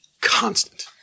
Constant